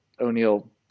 o'neill